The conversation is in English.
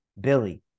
Billy